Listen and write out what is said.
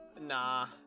nah